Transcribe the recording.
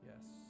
Yes